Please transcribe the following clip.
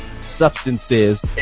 substances